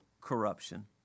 corruption